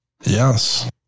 Yes